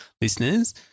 listeners